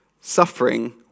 Suffering